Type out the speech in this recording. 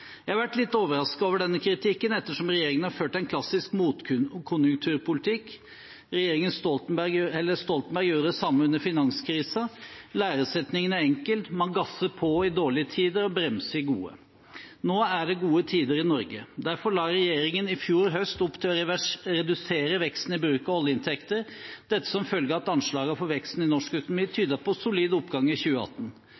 Jeg har vært litt overrasket over denne kritikken ettersom regjeringen har ført en klassisk motkonjunkturpolitikk. Stoltenberg gjorde det samme under finanskrisen. Læresetningen er enkel: Man gasser på i dårlige tider og bremser i gode. Nå er det gode tider i Norge. Derfor la regjeringen i fjor høst opp til å redusere veksten i bruken av oljeinntekter – dette som følge av at anslagene for veksten i norsk økonomi